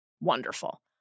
Wonderful